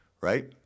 right